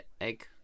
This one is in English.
egg